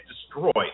destroyed